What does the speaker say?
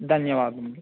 ధన్యవాదములు